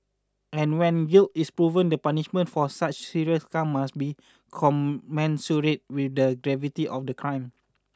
and when guilt is proven the punishment for such serious crimes must be commensurate with the gravity of the crime